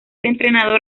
entrenador